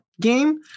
game